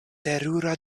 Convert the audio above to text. terura